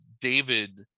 David